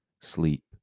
sleep